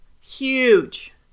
Huge